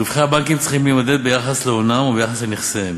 רווחי הבנקים צריכים להימדד ביחס להונם או ביחס לנכסיהם.